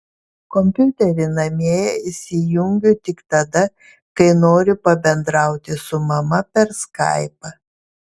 kompiuterį namie įsijungiu tik tada kai noriu pabendrauti su mama per skaipą